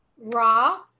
raw